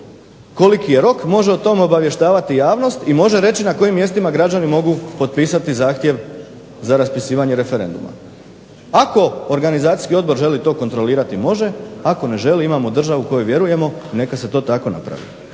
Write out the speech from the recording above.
koliki je rok, može o tome obavještavati javnost i može reći na kojim mjestima građani mogu potpisati zahtjev za raspisivanje referenduma. Ako organizacijski odbor želi to kontrolirati može, ako ne želi imamo državu u koju vjerujemo, neka se to tako napravi.